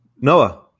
Noah